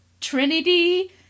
Trinity